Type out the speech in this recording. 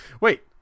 wait